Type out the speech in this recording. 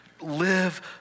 live